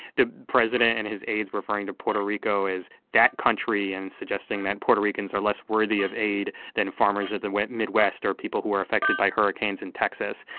the president and his aides referring to puerto rico as that country and suggesting that puerto ricans are less worthy of aid than farmers of the midwest or people who are affected by hurricanes in texas.